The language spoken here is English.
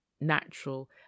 natural